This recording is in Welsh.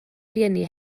rhieni